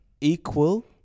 equal